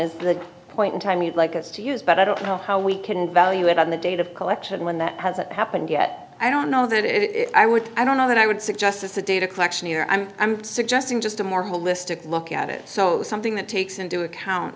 is the point in time you'd like us to use but i don't know how we can value it on the date of collection when that hasn't happened yet i don't know that if i would i don't know that i would suggest it's a data collection here i'm suggesting just a more holistic look at it so something that takes into account